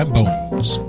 Bones